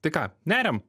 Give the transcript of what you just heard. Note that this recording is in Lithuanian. tai ką neriam